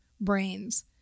brains